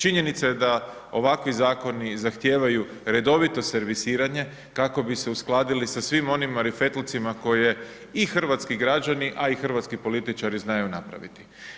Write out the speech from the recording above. Činjenica je da ovakvi zakoni, zahtijevaju redovito servisiranje, kako bi se uskladili sa svim onima … koje i hrvatski građani a i hrvatski političari znaju napraviti.